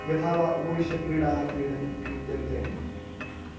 यथा वा उपविश्य क्रीडाः क्रीडन् क्रीड्यन्ते